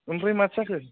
ओमफ्राय माथो जाखो